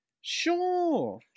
Sure